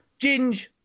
Ginge